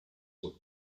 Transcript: were